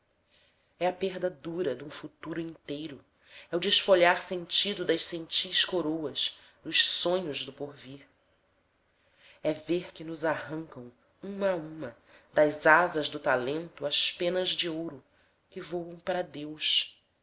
é a perda dura dum futuro inteiro e o desfolhar sentido das sentis coroas dos sonhos do porvir é ver que nos arrancam uma a uma das asas do talento as penas de ouro que voam para deus